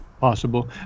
possible